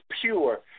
pure